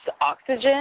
Oxygen